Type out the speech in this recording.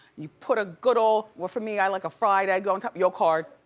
you put a good ol', well for me, i like a fried egg go on top, your card,